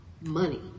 money